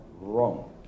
wrong